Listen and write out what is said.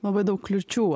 labai daug kliūčių